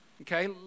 Okay